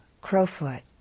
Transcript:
Crowfoot